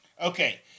Okay